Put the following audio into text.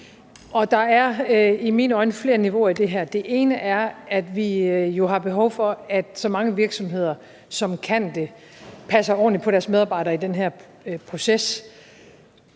Der er i mine øjne flere niveauer i det her. Det ene er, at vi jo har behov for, at så mange virksomheder, som kan det, passer ordentligt på deres medarbejdere i den her proces.